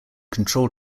control